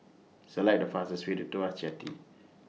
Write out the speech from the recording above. Select The fastest Way to Tuas Jetty